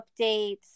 updates